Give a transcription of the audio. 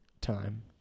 time